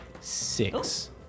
Six